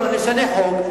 נשנה חוק,